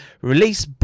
release